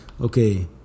okay